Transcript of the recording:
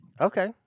Okay